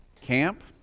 camp